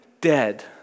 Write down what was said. dead